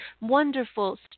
wonderful